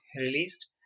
released